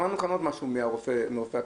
שמענו כאן עוד משהו מרופא הכנסת,